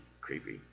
creepy